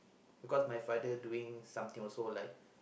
because my father doing something also like